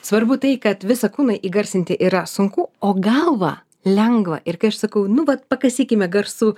svarbu tai kad visą kūną įgarsinti yra sunku o galvą lengva ir kai aš sakau nu vat pakasykime garsu